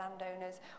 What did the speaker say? landowners